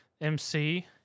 MC